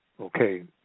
okay